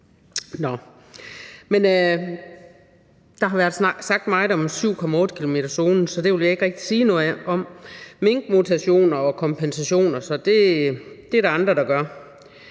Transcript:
der har været snakket meget om 7,8-kilometerszonen – så det vil jeg ikke rigtig sige noget om – og om minkmutationer og kompensationer. Så det er der andre der gør.